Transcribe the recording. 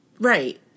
right